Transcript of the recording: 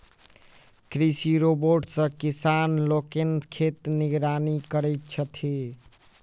कृषि रोबोट सॅ किसान लोकनि खेतक निगरानी करैत छथि